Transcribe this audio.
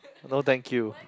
no thank you